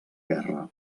guerra